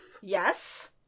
Yes